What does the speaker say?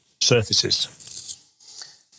surfaces